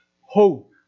Hope